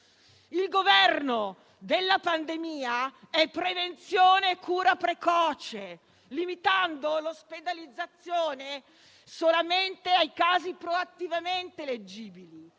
Il governo della pandemia è prevenzione e cura precoce, limitando l'ospedalizzazione ai soli casi proattivamente eleggibili: